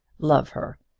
love her!